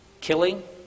killing